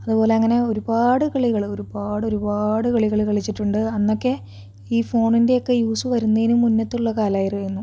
അതുപോലെ അങ്ങനെ ഒരുപാട് കളികൾ ഒരുപാടൊരുപാട് കളികൾ കളിച്ചിട്ടുണ്ട് അന്നൊക്കെ ഈ ഫോണിൻ്റെയൊക്കെ യൂസ് വരുന്നതിനു മുമ്പത്തുള്ള കാലമായിരുന്നു